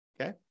Okay